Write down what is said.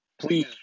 Please